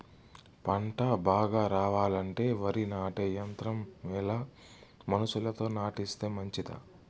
పంట బాగా రావాలంటే వరి నాటే యంత్రం మేలా మనుషులతో నాటిస్తే మంచిదా?